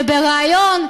ובריאיון,